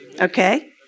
Okay